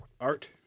Art